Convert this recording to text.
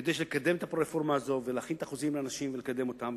כדי לקדם את הרפורמה הזאת ולהכין את החוזים לאנשים ולקדם אותם.